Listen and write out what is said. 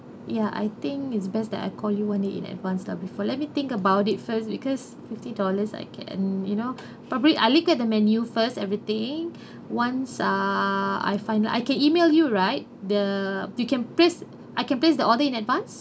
ya I think it's best that I call you one day in advance lah before let me think about it first because fifty dollars I can you know probably I look at the menu first everything once ah I find I can email you right the you can place I can place the order in advance